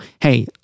hey